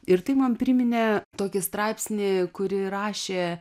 ir tai man priminė tokį straipsnį kurį rašė